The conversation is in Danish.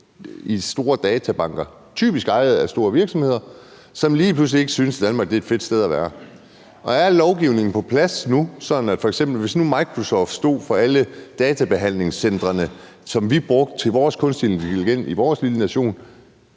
i store databanker, som typisk er ejet af store virksomheder, der lige pludselig ikke synes, at Danmark er et fedt sted at være. Er al lovgivningen på plads nu, sådan at hvis f.eks. Microsoft nu stod for alle databehandlingscentrene, som vi brugte til vores kunstige intelligens i vores lille nation,